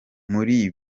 muri